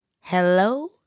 Hello